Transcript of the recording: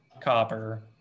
copper